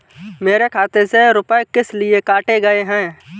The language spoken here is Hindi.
मेरे खाते से रुपय किस लिए काटे गए हैं?